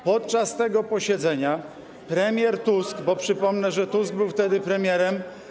Podczas tego posiedzenia premier Tusk, bo przypomnę, że Tusk był wtedy premierem.